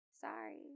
Sorry